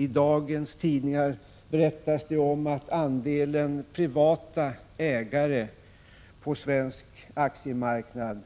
I dagens tidningar berättas det om att andelen privata ägare på svensk aktiemarknad